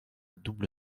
double